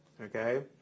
okay